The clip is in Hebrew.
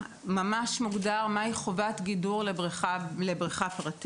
ממש מוגדר מהי חובת גידור לבריכה פרטית